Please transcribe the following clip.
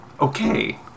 Okay